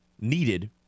needed